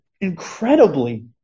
incredibly